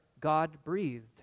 God-breathed